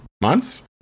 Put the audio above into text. Months